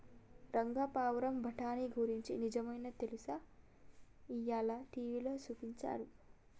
రంగా పావురం బఠానీ గురించి నిజమైనా తెలుసా, ఇయ్యాల టీవీలో సూపించాడు